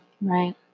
Right